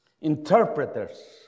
Interpreters